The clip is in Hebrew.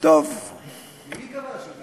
ממי כבשנו?